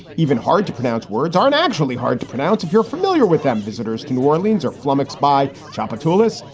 even hard to pronounce words aren't actually hard to pronounce if you're familiar with them. visitors to new orleans are flummoxed by tchoupitoulas.